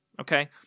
Okay